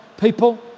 people